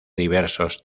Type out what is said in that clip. diversos